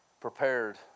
prepared